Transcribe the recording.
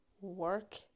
work